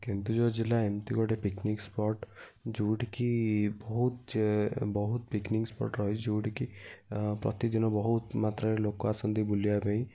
କେନ୍ଦୁଝର ଜିଲ୍ଲା ଏମିତି ଗୋଟେ ପିକ୍ନିକ୍ ସ୍ପଟ୍ ଯେଉଁଠି କି ବହୁତ ବହୁତ ପିକ୍ନିକ୍ ସ୍ପଟ୍ ରହେ ଯେଉଁଠି କି ପ୍ରତିଦିନ ବହୁତ ମାତ୍ରାରେ ଲୋକ ଆସନ୍ତି ବୁଲିବା ପାଇଁ